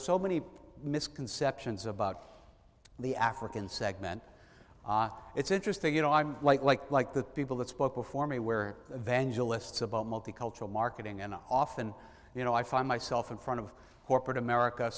so many misconceptions about the african segment it's interesting you know i'm like like like the people that spoke before me where vangelis about multicultural marketing and often you know i find myself in front of corporate america